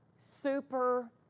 super